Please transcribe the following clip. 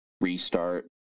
restart